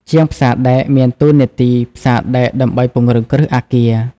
ជាងផ្សារដែកមានតួនាទីផ្សារដែកដើម្បីពង្រឹងគ្រឹះអគារ។